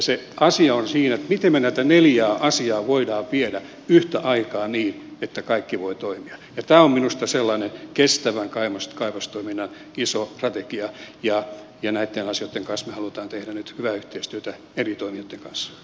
se asia on siinä miten me näitä neljää asiaa voimme viedä yhtä aikaa niin että kaikki voivat toimia ja tämä on minusta sellainen kestävän kaivostoiminnan iso strategia ja näitten asioitten kanssa me haluamme tehdä nyt hyvää yhteistyötä eri toimijoitten kanssa